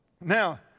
Now